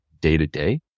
day-to-day